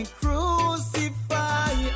crucify